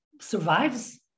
survives